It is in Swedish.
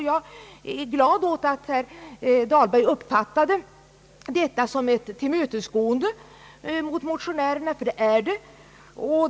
Jag är glad över att herr Dahlberg uppfattade detta som ett tillmötesgående mot motionärerna, ty det är det.